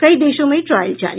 कई देशों में ट्रायल जारी